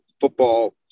football